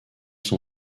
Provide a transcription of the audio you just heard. son